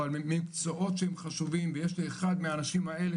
אבל מקצועות שהם חושבים ויש לי אחד מהאנשים האלה